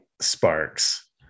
sparks